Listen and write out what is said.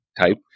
type